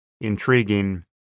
intriguing